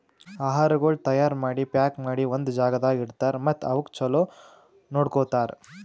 ಆಹಾರಗೊಳ್ ತೈಯಾರ್ ಮಾಡಿ, ಪ್ಯಾಕ್ ಮಾಡಿ ಒಂದ್ ಜಾಗದಾಗ್ ಇಡ್ತಾರ್ ಮತ್ತ ಅವುಕ್ ಚಲೋ ನೋಡ್ಕೋತಾರ್